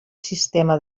sistema